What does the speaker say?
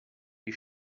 wie